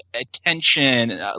attention –